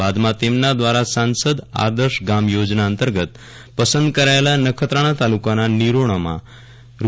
બાદમાં તેમના દ્વારા સાંસદ આદર્શ ગામ યોજના અંતર્ગત પસંદ કરાયેલા નખત્રાણા તાલુકાના નિરોણામાં રૂ